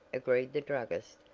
agreed the druggist,